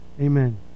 Amen